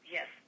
Yes